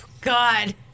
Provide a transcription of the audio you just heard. God